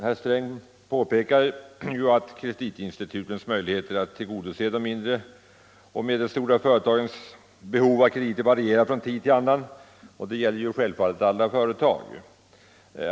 Herr Sträng påpekar att kreditinstitutens möjligheter att tillgodose de mindre och medelstora företagens behov av krediter varierar från tid till annan. Det gäller självfallet alla företag.